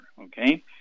okay